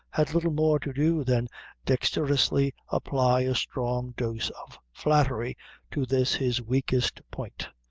had little more to do than dexterously apply a strong dose of flattery to this his weakest point,